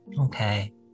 Okay